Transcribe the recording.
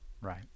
Right